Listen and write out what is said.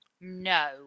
No